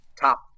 top